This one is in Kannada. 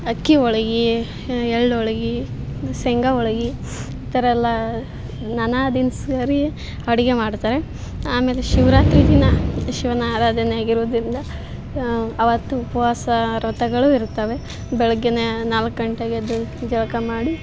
ಅಕ್ಕಿ ಹೋಳ್ಗಿ ಎಳ್ಳು ಹೋಳ್ಗಿ ಶೇಂಗಾ ಹೋಳ್ಗೆ ಈ ಥರ ಎಲ್ಲ ನಾನಾ ದಿನ್ಸರಿ ಅಡುಗೆ ಮಾಡ್ತಾರೆ ಆಮೇಲೆ ಶಿವರಾತ್ರಿ ದಿನ ಶಿವನ ಆರಾಧನೆ ಆಗಿರುವುದರಿಂದ ಅವತ್ತು ಉಪವಾಸ ವ್ರತಗಳು ಇರುತ್ತವೆ ಬೆಳಿಗ್ಗೆನೇ ನಾಲ್ಕು ಗಂಟೆಗೆ ಎದ್ದು ಜಳಕ ಮಾಡಿ